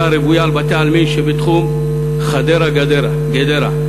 הרוויה על בתי-עלמין שבתחום חדרה גדרה.